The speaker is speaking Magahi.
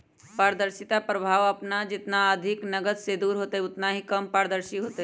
पारदर्शिता प्रभाव अपन जितना अधिक नकद से दूर होतय उतना ही कम पारदर्शी होतय